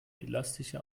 elastische